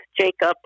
Jacob